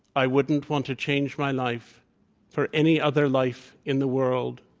i wouldn't want to change my life for any other life in the world.